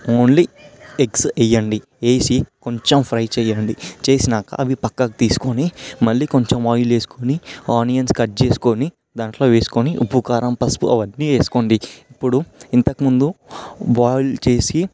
only eggs వేయండి వేసి కొంచెం ఫ్రై చేయండి చేసాక అవి ప్రక్కకి తీసుకొని మళ్ళీ కొంచెం ఆయిల్ వేసుకొని ఆనియన్స్ కట్ చేసుకొని దాంట్లో వేసుకొని ఉప్పు కారం పసుపు అవన్నీ వేసుకోండి ఇప్పుడు ఇంతకు ముందు బాయిల్ చేసి